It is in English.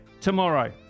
tomorrow